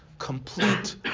Complete